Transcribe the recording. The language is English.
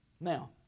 Now